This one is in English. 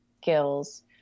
skills